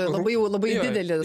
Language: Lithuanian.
labai jau labai didelis